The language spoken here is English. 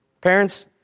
Parents